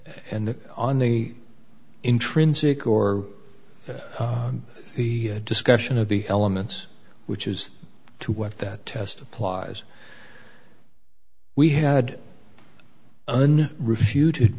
the on the intrinsic or the discussion of the elements which is to what that test applies we had an refuted